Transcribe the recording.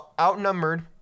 outnumbered